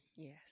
Yes